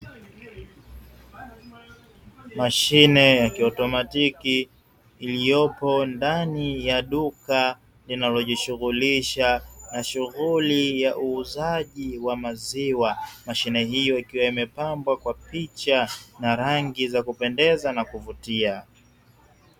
Mashine ya kiotomatiki iliopo ndani ya duka linalojishughulisha na shughuli ya uuzaji wa maziwa, mashine hiyo ikiwa imepambwa kwa picha na rangi za kuvutia.